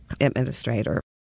administrator